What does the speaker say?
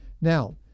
Now